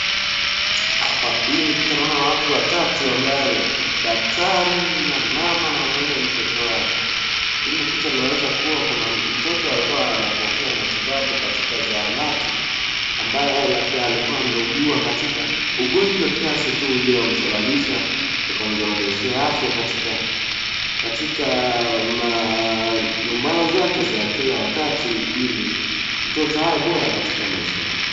Hii ni picha naona watu watatu ambaye ni daktari, na mama na mwingine ni mtoto wake. Hii ni picha inaonesha kuwa kuna mtoto ambaye alikua anapokea matibabu katika zahanati ambayo labda alikua ameugua katika ugonjwa kiasi tu iliosababisha ukamzoroteshea afya katika mambo zake za kila wakati ili mtoto awe bora katika maisha yake.